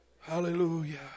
Hallelujah